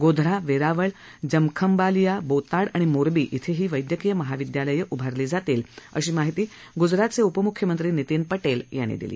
गोधा वेरावल जमखंबालिया बोताड आणि मोरबी इथं ही वैद्यकीय महाविद्यालयं उभारली जातील अशी माहिती गुजरातचे उपमुख्यमंत्री नितीन पटेल यांनी दिली